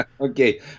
Okay